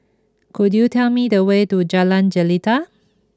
could you tell me the way to Jalan Jelita